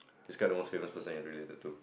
describe the most famous person you're related to